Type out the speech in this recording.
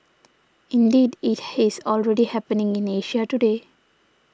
indeed it has already happening in Asia today